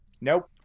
Nope